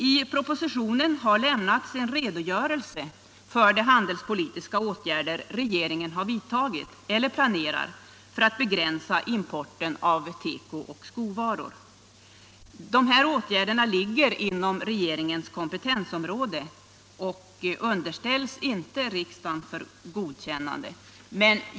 I propositionen har lämnats en redogörelse för de handelspolitiska åtgärder regeringen har vidtagit eller planerar för att begränsa importen av teko och skovaror. Dessa åtgärder ligger inom regeringens kompetensområde och underställs inte riksdagen för godkännande.